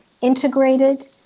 integrated